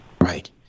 Right